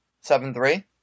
Seven-three